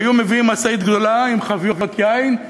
היו מביאים משאית גדולה עם חביות יין,